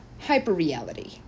hyper-reality